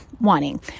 wanting